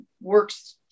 works